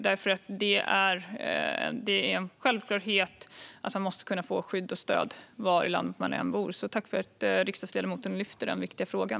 Det är en självklarhet att man måste kunna få skydd och stöd var man än bor i landet, så jag vill tacka riksdagsledamoten för att hon lyfter upp den viktiga frågan.